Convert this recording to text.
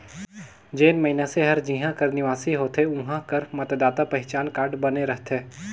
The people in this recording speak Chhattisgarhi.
जेन मइनसे हर जिहां कर निवासी होथे उहां कर मतदाता पहिचान कारड बने रहथे